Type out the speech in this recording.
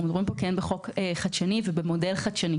שאנחנו דנים פה בחוק חדשני ובמודל חדשני.